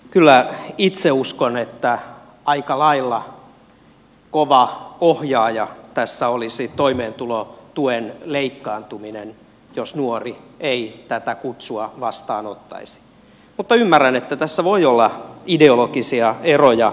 kyllä itse uskon että aika lailla kova ohjaaja tässä olisi toimeentulotuen leikkaantuminen jos nuori ei tätä kutsua vastaanottaisi mutta ymmärrän että tässä lähestymisessä tähän kysymykseen voi olla ideologisia eroja